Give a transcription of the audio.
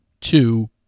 two